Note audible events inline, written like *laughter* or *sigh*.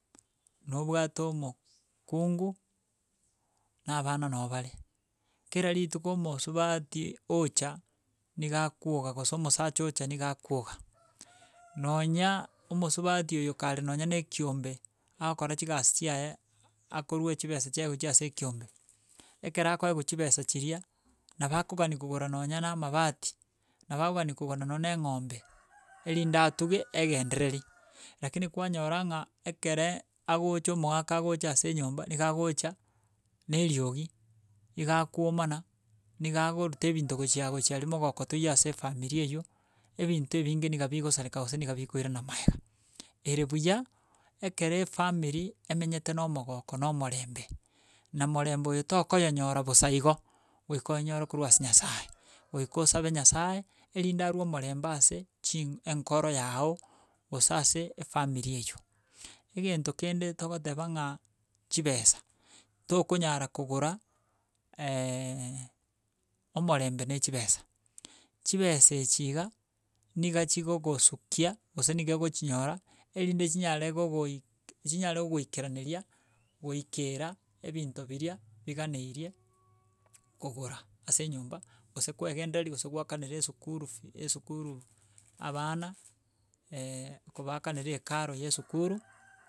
Nobwate omokungu na abana no bare, kera rituko omosubati ocha niga akwoga gose omosacha ocha niga akwoga nonya omosubati oyo kare nonya na ekiombe agokora chigasi chiaye akorwa chibesa chiaye gochia ase ekiombe, ekero koewa chibesa chiria nabo akogani kogora nonya na amabati, nabo akogani kogora nonye na eng'ombe erinde atuge aengendereri, lakini kwanyora ng'a ekere agocha omogaka agocha ase enyomba, niga agocha na eriogi, iga akwomana, niga agoruta ebinto gochia gochia aria mogoko toiyo ase efamiri eywo, ebinto ebinge niga bigosareka gose niga bikoirana maega. Ere buya, ekere efamiri emenyete na omogoko na omorembe na morembe oyo tokoyonyora bosa igo goika onyore korwa ase nyasaye, goika osabe nyasaye erinde arwe omorembe ase chi enkoro yago, gose ase efamiri eywo. Egento kende togoteba ng'a chibesa, tokonyara kogora *hesitation* omorembe na echibesa, chibesa echi iga, niga chigogosukia gose niga ogochinyora erinde chinyare gogoi chinyare gokoikeraneria goikera ebinto biria biganeirie kogora ase enyomba, gose kwengendereri gose gwakanera esukuru fee esukuru abana, *hesitation* kobaakanera ekaro ya esukuru.